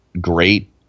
great